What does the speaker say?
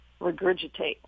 regurgitate